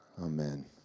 Amen